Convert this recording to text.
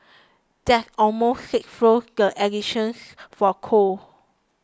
that's almost sixfold the additions for coal